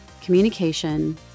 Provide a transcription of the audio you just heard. Communication